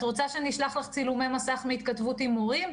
את רוצה שאשלח לך צילומי מסך מהתכתבות עם מורים?